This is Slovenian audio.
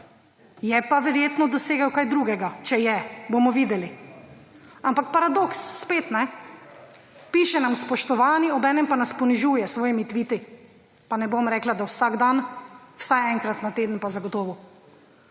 Je pa verjetno dosegel kaj drugega. Če je, Bomo videli. Ampak spet paradoks. Piše nam spoštovani, obenem pa nas ponižuje s svojimi tviti. Pa ne bom rekla, da vsak dan, vsaj enkrat na teden pa zagotovo.